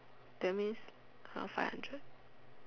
that means now five hundred